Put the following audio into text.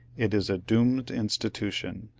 it is a doomed institution.